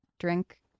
drink